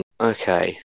Okay